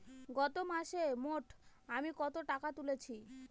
গত মাসে মোট আমি কত টাকা তুলেছি?